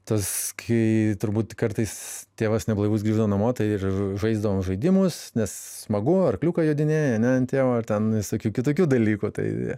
tas kai turbūt kartais tėvas neblaivus grįždavo namo tai ir žaisdavom žaidimus nes smagu arkliuką jodinėji ane ant tėvo ten visokių kitokių dalykų tai